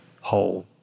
whole